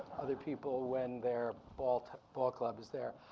other people, when their ball ball club is there.